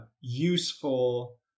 useful